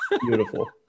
beautiful